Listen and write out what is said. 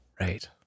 right